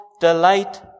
delight